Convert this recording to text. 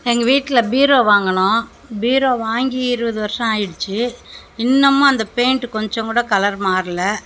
எங்கள் வீட்டில் பீரோ வாங்கினோம் பீரோ வாங்கி இருபது வருஷம் ஆகிடுச்சி இன்னுமும் அந்த பெயிண்ட் கொஞ்சம் கூட கலர் மாறல